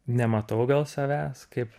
nematau gal savęs kaip